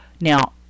Now